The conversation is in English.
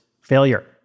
failure